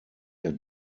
der